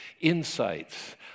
insights